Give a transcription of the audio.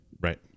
Right